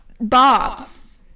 Bobs